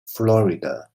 florida